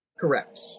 Correct